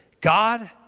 God